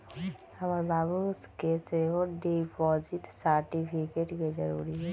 हमर बाबू के सेहो डिपॉजिट सर्टिफिकेट के जरूरी हइ